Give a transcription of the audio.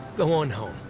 go on home.